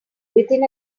within